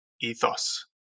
ethos